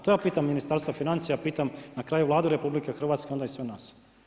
To ja pitam Ministarstvo financija, pitam na kraju Vladu RH onda i sve nas.